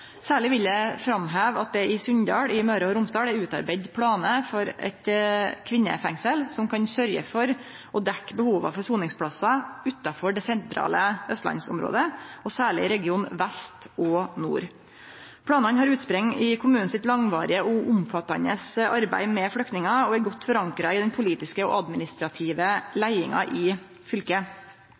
Særleg vil eg framheve at det i Sunndal i Møre og Romsdal er utarbeidd planar for eit kvinnefengsel som kan sørgje for å dekkje behovet for soningsplassar utanfor det sentrale austlandsområdet, og særleg i region vest og nord. Planane har utspring i kommunen sitt langvarige og omfattande arbeid med flyktningar og er godt forankra i den politiske og administrative leiinga i fylket.